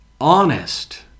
honest